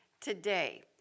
today